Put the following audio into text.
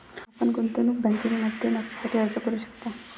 आपण गुंतवणूक बँकिंगमध्ये नोकरीसाठी अर्ज करू शकता